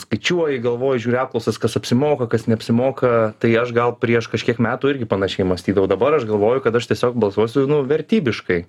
skaičiuoji galvoji žiūri apklausas kas apsimoka kas neapsimoka tai aš gal prieš kažkiek metų irgi panašiai mąstydavau dabar aš galvoju kad aš tiesiog balsuosiu vertybiškai